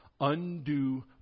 undue